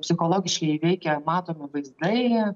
psichologiškai jį veikia matomi vaizdai